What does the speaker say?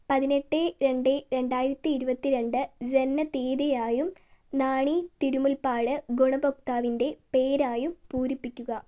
പതിനെട്ട് രണ്ട് രണ്ടായിരത്തി ഇരുപത്തി രണ്ട് ജനന തീയതിയായും നാണി തിരുമുൽപാട് ഗുണഭോക്താവിൻ്റെ പേരായും പൂരിപ്പിക്കുക